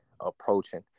approaching